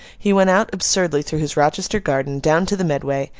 he went out, absurdly, through his rochester garden, down to the medway,